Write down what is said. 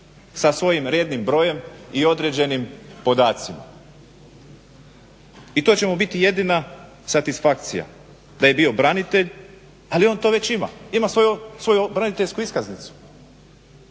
sa svojim rednim brojem i određenim podacima i to će mu biti jedina satisfakcija, da je bio branitelj ali on to već ima, ima svoju braniteljsku iskaznicu.